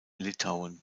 litauen